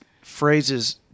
phrases